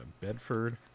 bedford